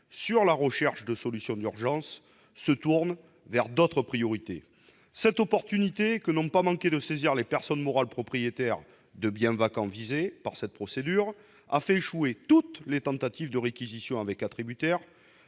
sur la recherche de solutions d'urgence se tourne vers d'autres priorités. Cette opportunité, que n'ont pas manqué de saisir les personnes morales propriétaires de biens vacants visées par cette procédure, a fait échouer toutes les tentatives de « réquisition avec attributaire